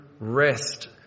rest